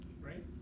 right